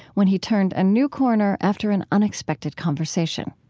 when he turned a new corner after an unexpected conversation